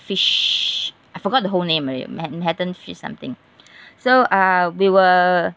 fish I forgot the whole name already manhattan fish something so uh we were